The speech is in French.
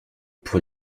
pour